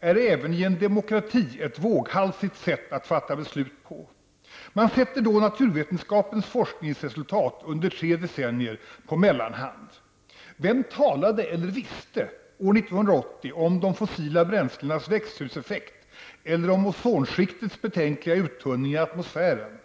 är även i en demokrati ett våghalsigt sätt att fatta beslut på. Man sätter då naturvetenskapens forskningsresultat under tre decennier på mellanhand. Vem talade eller visste år 1980 om de fossila bränslenas växthuseffekt eller om ozonskiktets betänkliga uttunning i atmosfären?